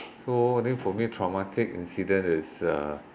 so I think for me traumatic incident is uh